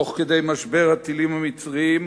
תוך כדי משבר הטילים המצריים,